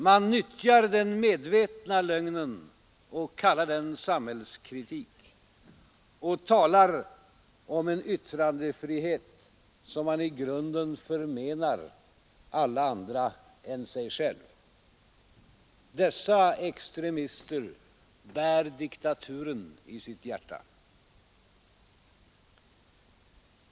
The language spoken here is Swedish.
Man nyttjar den medvetna lögnen och kallar den samhällskritik och talar om en yttrandefrihet som man i grunden förmenar alla andra än sig själv. Dessa extremister bär diktaturen isitt hjärta.